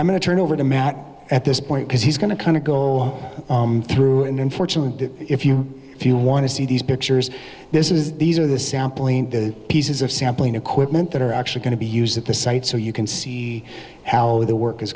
i'm going to turn over to matt at this point because he's going to kind of go through and unfortunately if you if you want to see these pictures this is these are the sampling pieces of sampling equipment that are actually going to be used at the site so you can see how the work is